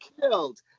killed